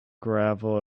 gravel